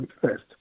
first